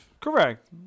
Correct